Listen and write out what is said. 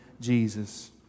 Jesus